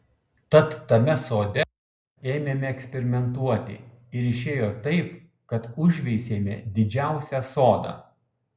tad tame sode ėmėme eksperimentuoti ir išėjo taip kad užveisėme didžiausią sodą